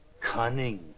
Cunning